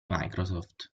microsoft